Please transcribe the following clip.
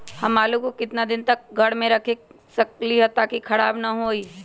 हम आलु को कितना दिन तक घर मे रख सकली ह ताकि खराब न होई?